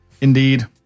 Indeed